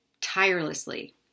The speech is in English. tirelessly